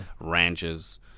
Ranches